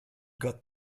got